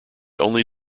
only